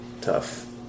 tough